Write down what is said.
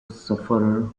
sufferer